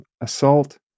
assault